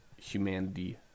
humanity